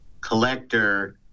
collector